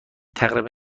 تقریبا